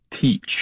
teach